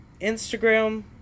Instagram